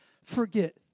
Forget